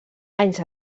anys